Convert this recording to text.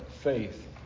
faith